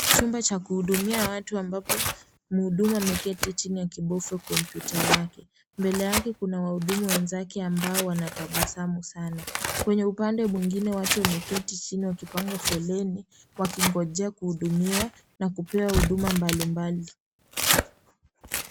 Chumba cha kuhudumia watu ambacho muhudumu ameketi chini akibofya komputa yake. Mbele yake kuna wahudumu wenzake ambao wanatabasamu sana. Kwenye upande mwingine watu wameketi chini wakipanga foleni wakingojea kuhudumiwa, na kupewa huduma mbalimbali.